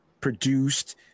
produced